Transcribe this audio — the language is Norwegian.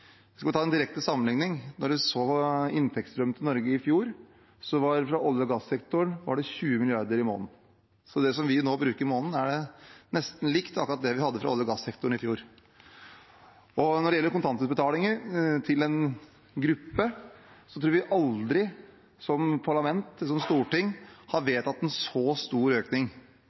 vi nå bruker i måneden, er nesten likt det vi hadde fra olje- og gassektoren i fjor. Når det gjelder kontantutbetalinger til en gruppe, tror jeg vi aldri før som parlament, som storting, har vedtatt en så stor økning.